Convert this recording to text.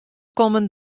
kommen